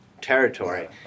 territory